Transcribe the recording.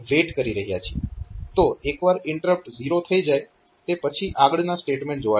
તો એક વાર INTR 0 થઈ જાય તે પછી આગળના સ્ટેટમેન્ટ જોવાશે